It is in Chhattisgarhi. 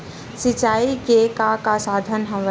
सिंचाई के का का साधन हवय?